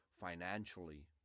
financially